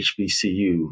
HBCU